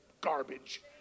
garbage